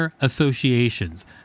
Associations